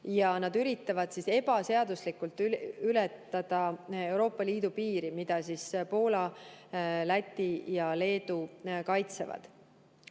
ja nad üritavad ebaseaduslikult ületada Euroopa Liidu piiri, mida Poola, Läti ja Leedu kaitsevad.